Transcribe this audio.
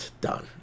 done